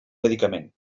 medicament